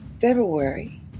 February